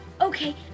Okay